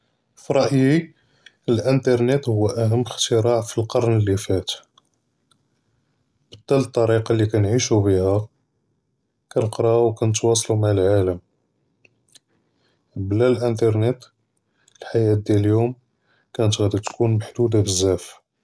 פְרַאיִי אֶלְאִינְתֶרְנֶט הוּוּא أَهْمّ אֶחְתִרָاع פִּי الْقَرْن لִי فَات, بَدَّل אֶלְטַרِيقַה לִי كְנְעַיִשּׁוּ בִיהَا كְنְקְרָאוּ וְكְנְתַוַاصְלוּ مַעַ אֶלْעָלַם בְּלَا الْإِنْتֶרְנֶט, الْحَيَاة دִיַאל الْيَوْم كَانْتْ غَادِي تْكُون مَحْدُودָة بْزَاف.